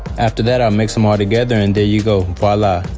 after that, i mix'em all together and there you go. voila,